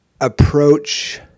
approach